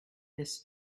this